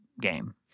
game